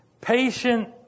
patient